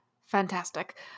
fantastic